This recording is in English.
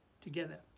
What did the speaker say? together